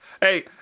Hey